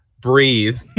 breathe